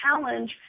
challenge